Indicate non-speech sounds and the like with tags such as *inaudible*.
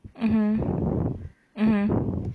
mmhmm *breath* mmhmm *breath*